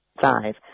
Five